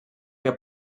que